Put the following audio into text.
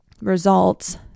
results